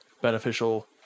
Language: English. beneficial